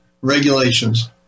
regulations